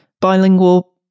bilingual